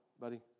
buddy